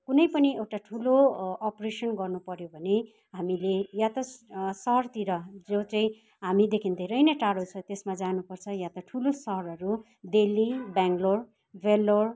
कुनै पनि एउटा ठुलो अपरेसन गर्नुपर्यो भने हामीले या त सहरतिर जो चाहिँ हामीदेखि धेरै नै टाडो छ त्यसमा जानुपर्छ या त ठुलो सहरहरू दिल्ली ब्याङ्लोर भेल्लोर